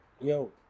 Yo